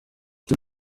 ese